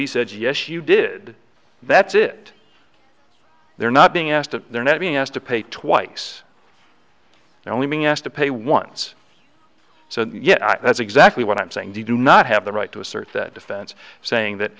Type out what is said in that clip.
b said yes you did that's it they're not being asked to they're not being asked to pay twice only me asked to pay once so yeah that's exactly what i'm saying do not have the right to assert that defense saying that